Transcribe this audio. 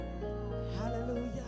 hallelujah